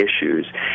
issues